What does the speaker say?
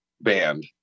band